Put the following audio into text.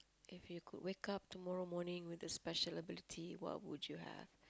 if you could wake up tomorrow morning with a special ability what would you have